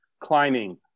climbing